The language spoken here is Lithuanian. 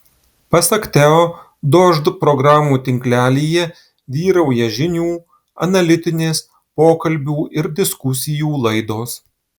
pasak teo dožd programų tinklelyje vyrauja žinių analitinės pokalbių ir diskusijų laidos